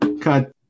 cut